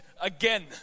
again